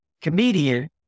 comedian